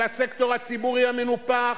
והסקטור הציבורי המנופח.